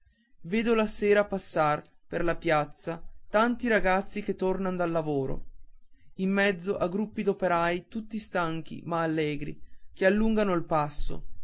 vedo la sera passar per la piazza tanti ragazzi che tornan dal lavoro in mezzo a gruppi d'operai tutti stanchi ma allegri che allungano il passo